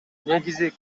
негизи